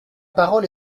parole